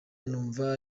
numva